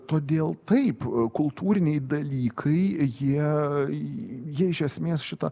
todėl taip kultūriniai dalykai jie į jie iš esmės šita